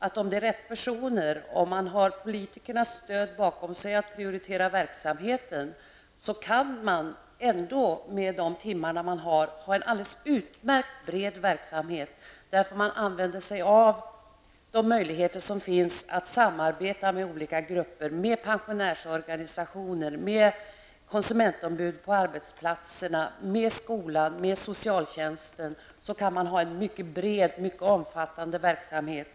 Men om det bara är rätt person och om man har politikernas stöd när det gäller att prioritera verksamheten, kan man faktiskt med de timmar som står till förfogande ha en alldeles utmärkt och bred verksamhet. Det handlar alltså i stället om att utnyttja de möjligheter som finns att samarbeta med olika grupper. Genom samarbete med pensionärsorganisationer, konsumentombud på arbetsplatserna, skolan eller socialtjänsten blir det möjligt att ha en mycket bred och omfattande verksamhet.